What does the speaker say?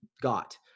got